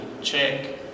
check